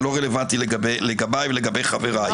לא רלוונטי לגביי לגבי חבריי.